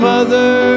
Mother